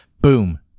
boom